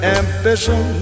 ambition